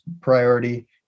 priority